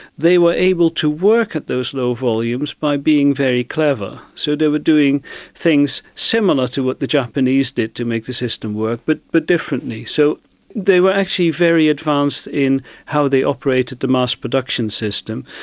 they were able to work at those low volumes by being very clever. so they were doing things similar to what the japanese did to make the system work, but but differently. so they were actually very advanced in how they operated the mass production system.